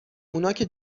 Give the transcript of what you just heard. اوناکه